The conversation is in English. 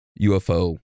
UFO